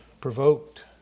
provoked